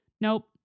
Nope